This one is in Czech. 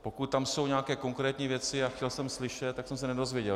Pokud tam jsou nějaké konkrétní věci, a chtěl jsem je slyšet, tak jsem se nic nedozvěděl.